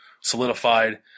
solidified